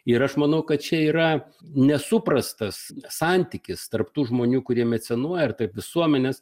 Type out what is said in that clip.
ir aš manau kad čia yra nesuprastas santykis tarp tų žmonių kurie mecenuoja ir tarp visuomenės